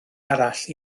arall